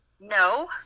no